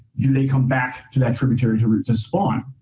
do they come back to that tributary to to spawn?